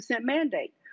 mandate